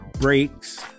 breaks